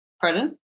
pardon